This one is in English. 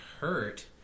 hurt